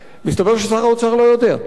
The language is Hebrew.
מסתבר ששר האוצר לא יודע.